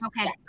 Okay